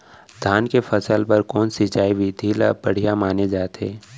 धान के फसल बर कोन सिंचाई विधि ला बढ़िया माने जाथे?